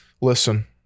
Listen